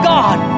God